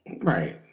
Right